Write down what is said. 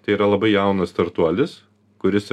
tai yra labai jaunas startuolis kuris